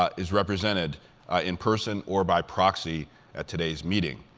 ah is represented in person or by proxy at today's meeting.